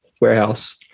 warehouse